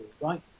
right